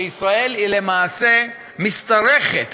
שישראל למעשה משתרכת